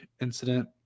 incident